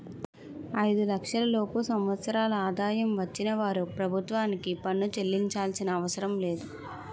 ఐదు లక్షల లోపు సంవత్సరాల ఆదాయం వచ్చిన వారు ప్రభుత్వానికి పన్ను చెల్లించాల్సిన పనిలేదు